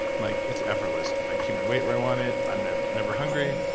like it's effortless. i kept my weight where i want it, i'm never hungry.